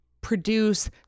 produce